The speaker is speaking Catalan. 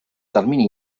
termini